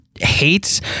hates